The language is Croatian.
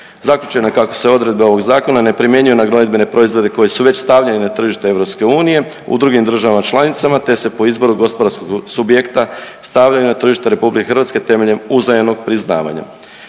Zaključeno je kako se odredbe ovog zakona ne primjenjuju na gnojidbene proizvode koji su već stavljeni na tržište EU u drugim državama članicama te se po izboru gospodarskog subjekta stavljaju na tržište RH temeljem uzajamnog priznavanja.